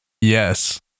yes